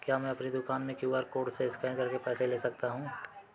क्या मैं अपनी दुकान में क्यू.आर कोड से स्कैन करके पैसे ले सकता हूँ?